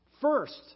First